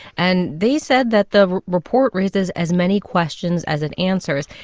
and they said that the report raises as many questions as it answers.